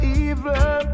evil